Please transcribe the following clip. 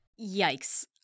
Yikes